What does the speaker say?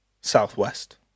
southwest